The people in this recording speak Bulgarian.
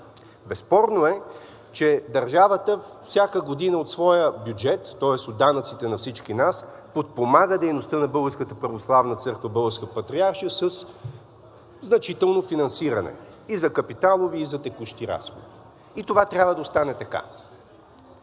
Безспорно е, че държавата всяка година от своя бюджет, тоест от данъците на всички нас, подпомага дейността на Българската православна църква – Българска Патриаршия, със значително финансиране и за капиталови, и за текущи разходи. И това трябва да остане така.